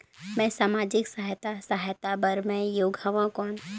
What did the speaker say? मैं समाजिक सहायता सहायता बार मैं योग हवं कौन?